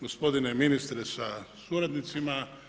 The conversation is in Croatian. Gospodine ministre sa suradnicima.